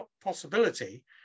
possibility